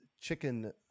chicken